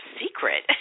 secret